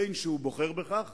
בין שהוא בוחר בכך